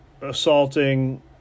assaulting